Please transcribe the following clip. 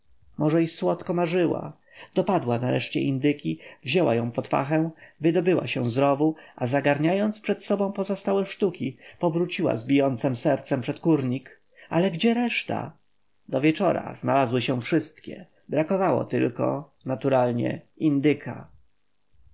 może i słodko marzyła dopadła nareszcie indyki wzięła ją pod pachę wydobyła się z rowu a zaganiając przed sobą pozostałe sztuki powróciła z bijącem sercem przed kurnik ale gdzie reszta do wieczora znalazły się wszystkie brakowało tylko naturalnie indyka